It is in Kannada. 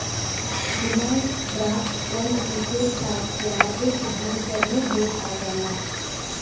ಡಿಮ್ಯಾಂಡ್ ಡ್ರಾಫ್ಟ್ ಒಂದ್ ಇದ್ದೂರ್ ಸಾಕ್ ಯಾರ್ದು ಸಿಗ್ನೇಚರ್ನೂ ಬೇಕ್ ಆಗಲ್ಲ